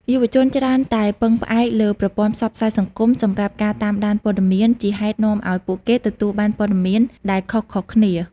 យុវជនច្រើនតែពឹងផ្អែកលើប្រព័ន្ធផ្សព្វផ្សាយសង្គមសម្រាប់ការតាមដានព័ត៌មាន ជាហេតុនាំឱ្យពួកគេទទួលបានព័ត៌មានដែលខុសៗគ្នា។